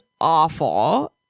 awful